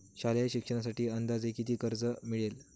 शालेय शिक्षणासाठी अंदाजे किती कर्ज मिळेल?